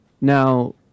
Now